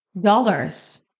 dollars